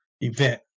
event